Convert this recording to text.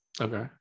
Okay